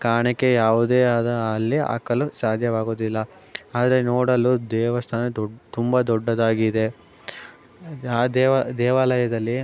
ಕಾಣಿಕೆ ಯಾವುದೇ ಆದ ಅಲ್ಲಿ ಹಾಕಲು ಸಾಧ್ಯವಾಗುವುದಿಲ್ಲ ಆದರೆ ನೋಡಲು ದೇವಸ್ಥಾನ ದೊಡ್ಡ ತುಂಬ ದೊಡ್ಡದಾಗಿದೆ ಆ ದೇವಾಲಯದಲ್ಲಿ